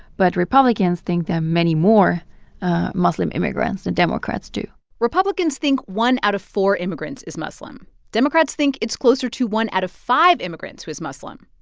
but republicans think there are many more muslim immigrants than and democrats do republicans think one out of four immigrants is muslim. democrats think it's closer to one out of five immigrants was muslim.